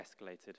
escalated